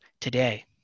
today